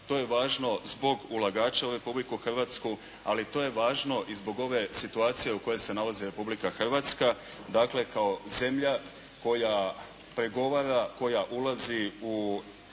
to je važno zbog ulagača u Republiku Hrvatsku, ali to je važno i zbog ove situacije u kojoj se nalazi Republika Hrvatska, dakle kao zemlja koja pregovara, koja ulazi u